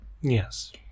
Yes